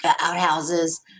outhouses